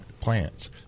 plants